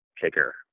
kicker